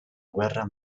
guerra